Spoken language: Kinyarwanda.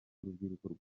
urubyiruko